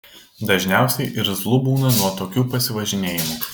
dažniausiai irzlu būna nuo tokių pasivažinėjimų